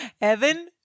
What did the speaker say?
Evan